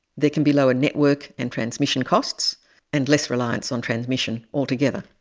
there can be lower network and transmission costs and less reliance on transmission altogether.